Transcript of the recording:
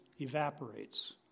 evaporates